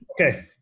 Okay